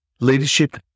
leadership